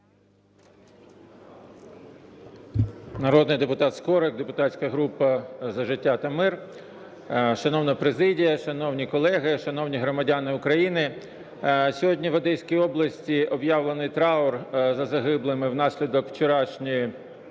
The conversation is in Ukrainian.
Народний депутат Скорик, депутатська група "За життя та мир". Шановна президія, шановні колеги, шановні громадяни України, сьогодні в Одеській області об'явлений траур за загиблими внаслідок вчорашньої